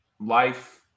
life